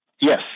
Yes